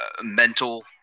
mental